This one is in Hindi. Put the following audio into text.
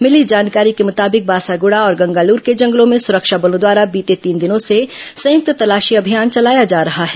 मिली जानकारी के मुताबिक बासागुड़ा और गंगालूर के जंगलों में सुरक्षा बलों द्वारा बीते तीन दिनों से संयुक्त तलाशी अभियान चलाया जा रहा है